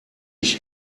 ich